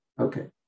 Okay